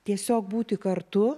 tiesiog būti kartu